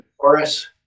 chorus